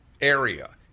area